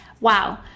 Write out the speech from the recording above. wow